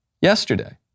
yesterday